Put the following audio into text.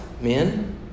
men